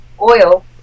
oil